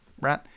right